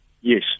Yes